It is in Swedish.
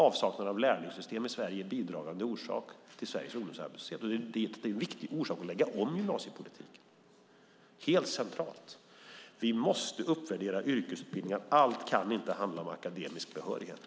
Avsaknaden av lärlingssystem i Sverige är en bidragande orsak till Sveriges ungdomsarbetslöshet. Det är en viktig anledning till att lägga om gymnasiepolitiken. Det är helt centralt. Vi måste uppvärdera yrkesutbildningar. Allt kan inte handla om akademisk behörighet.